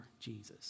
Jesus